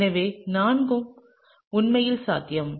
எனவே நான்கும் உண்மையில் சாத்தியம்